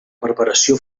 preparació